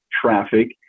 traffic